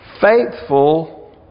faithful